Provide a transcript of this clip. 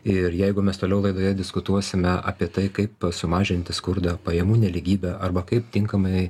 ir jeigu mes toliau laidoje diskutuosime apie tai kaip sumažinti skurdą pajamų nelygybę arba kaip tinkamai